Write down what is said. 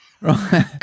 Right